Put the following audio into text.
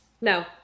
No